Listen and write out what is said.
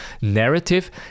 narrative